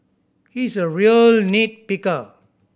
he is a real nit picker